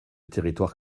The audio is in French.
territoire